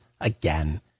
again